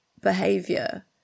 behavior